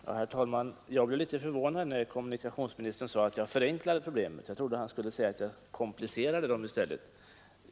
Herr talman! Jag blev litet förvånad när kommunikationsministern sade att jag förenklade problemen. Jag trodde att han skulle säga att jag komplicerade dem.